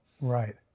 Right